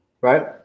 right